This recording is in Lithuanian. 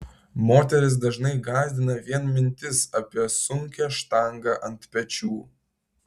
moteris dažnai gąsdina vien mintis apie sunkią štangą ant pečių